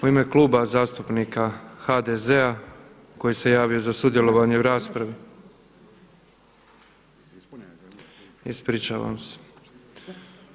U ime Kluba zastupnika HDZ-a koji se javio za sudjelovanje u raspravi, ispričavam se.